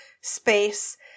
space